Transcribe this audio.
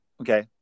Okay